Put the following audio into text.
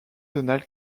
tonale